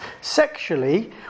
Sexually